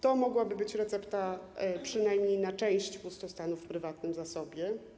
To mogłaby być recepta przynajmniej na część pustostanów w prywatnym zasobie.